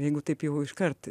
jeigu taip jau iškart